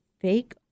fake